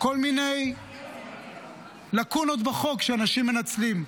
יש כל מיני לקונות בחוק שאנשים מנצלים.